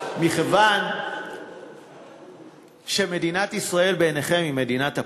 מכיוון שמדינת ישראל בעיניכם היא מדינת אפרטהייד,